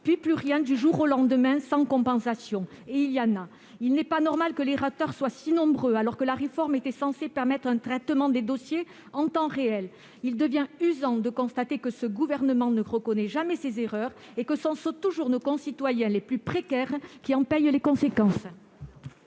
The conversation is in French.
puis plus rien, du jour au lendemain, sans compensation- c'est arrivé ! Il n'est pas normal que les retards soient si nombreux alors que la réforme était censée permettre un traitement des dossiers en temps réel ! Il devient usant de constater que ce gouvernement ne reconnaît jamais ses erreurs et que ce sont toujours nos concitoyens les plus précaires qui en paient les conséquences